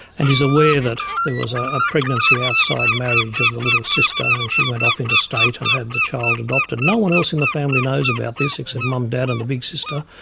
and is aware that there was a pregnancy outside marriage of the little sister and she went off interstate and had the child adopted. no one else in the family knows about this except for mum, dad and the big sister.